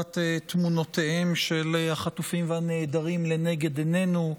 תמונותיהם של החטופים והנעדרים לנגד עינינו.